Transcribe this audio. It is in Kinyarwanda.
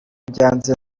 byanze